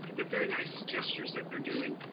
they're very nice gestures that they're doing.